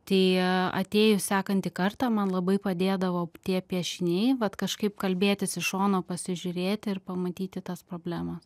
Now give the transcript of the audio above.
tai atėjus sekantį kartą man labai padėdavo tie piešiniai vat kažkaip kalbėtis iš šono pasižiūrėti ir pamatyti tas problemas